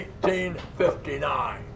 1859